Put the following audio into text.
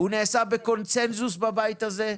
הוא נעשה בקונצנזוס בבית הזה,